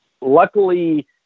luckily